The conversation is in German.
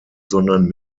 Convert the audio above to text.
sondern